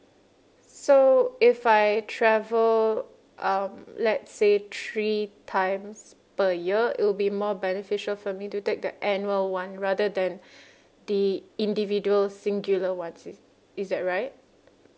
so if I travel um let's say three times per year it'll be more beneficial for me to take the annual one rather than the individual singular ones is is that right